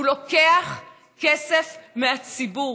הוא לוקח כסף מהציבור,